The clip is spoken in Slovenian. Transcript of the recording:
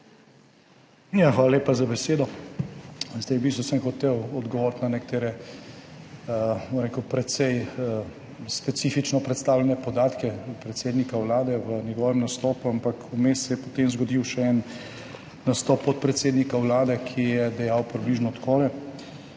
Hvala lepa za besedo. V bistvu sem hotel odgovoriti na nekatere, bom rekel, precej specifično predstavljene podatke predsednika Vlade v njegovem nastopu, ampak vmes se je potem zgodil še en nastop podpredsednika Vlade, ki je dejal približno takole,